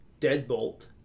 Deadbolt